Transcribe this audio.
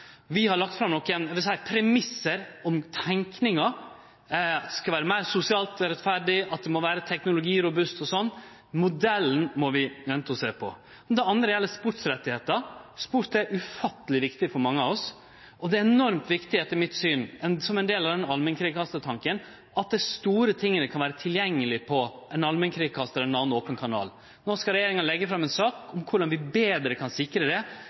Vi har lagt fram nokre premissar om tenkinga – at det skal vere meir sosialt rettferdig, at det må vere teknologirobust og slikt – men modellen må vi vente og sjå på. Det andre punktet gjeld sportsrettar. Sport er ufatteleg viktig for mange av oss, og det er enormt viktig etter mitt syn, som ein del av allmennkringkastartanken, at dei store tinga kan vere tilgjengelege via ein allmennkringkastar eller ein annan open kanal. No skal regjeringa leggje fram ei sak om korleis vi betre kan sikre det,